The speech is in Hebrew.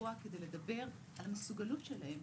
וקבוע כדי לדבר על המסוגלות שלהם.